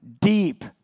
deep